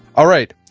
all right,